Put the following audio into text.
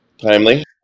Timely